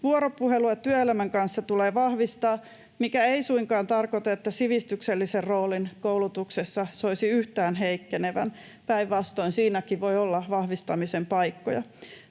Vuoropuhelua työelämän kanssa tulee vahvistaa, mikä ei suinkaan tarkoita, että sivistyksellisen roolin koulutuksessa soisi yhtään heikkenevän, päinvastoin, siinäkin voi olla vahvistamisen paikkoja.